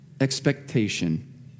expectation